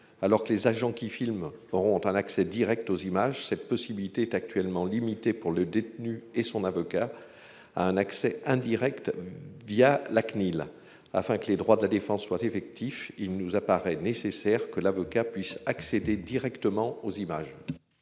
alors que les agents qui filme auront un accès Direct aux images. Cette possibilité est actuellement limité pour le détenu et son avocat. A un accès indirect via la CNIL afin que les droits de la défense soit effectif, il nous apparaît nécessaire que l'avocat puisse accéder directement aux images.